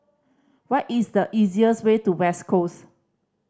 what is the easiest way to West Coast